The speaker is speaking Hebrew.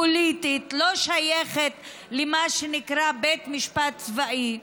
פוליטית, לא שייכת למה שנקרא בית משפט צבאי.